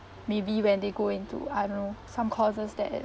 maybe when they go into I don't know some courses that